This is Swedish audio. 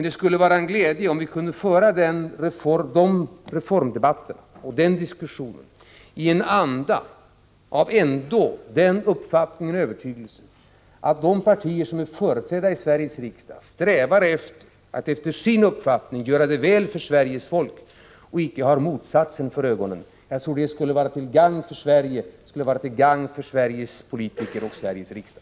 Det skulle vara en glädje, om vi kunde föra dessa reformdebatter och den diskussionen i den andan och övertygelsen att de partier som är företrädda i Sveriges riksdag strävar efter att enligt sin uppfattning göra det väl för Sveriges folk och icke har motsatsen för ögonen. Jag tror det skulle vara till gagn för Sverige, för Sveriges politiker och för Sveriges riksdag.